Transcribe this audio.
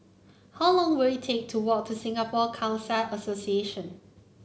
how long will it take to walk to Singapore Khalsa Association